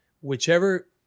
whichever